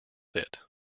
fit